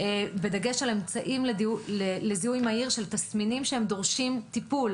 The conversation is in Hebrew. בדגש על זיהוי מהיר של תסמינים שדורשים טיפול.